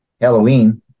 Halloween